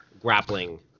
grappling